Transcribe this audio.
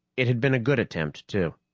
it had been a good attempt, too.